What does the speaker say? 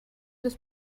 des